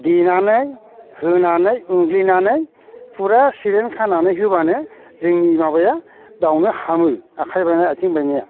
देनानै होनानै उनग्लिनानै फुरा सिरेन खानानै होब्लानो जोंनि माबाया बावनो हामो आखाय बायनाय आथिं बायनाया